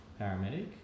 paramedic